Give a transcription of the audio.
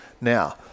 now